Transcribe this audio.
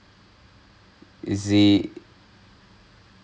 I mean this is something this was not a